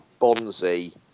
Bonzi